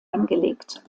angelegt